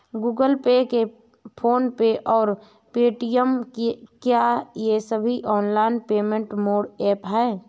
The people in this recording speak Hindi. गूगल पे फोन पे और पेटीएम क्या ये सभी ऑनलाइन पेमेंट मोड ऐप हैं?